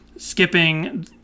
Skipping